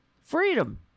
Freedom